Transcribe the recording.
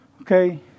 Okay